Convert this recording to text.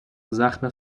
زخم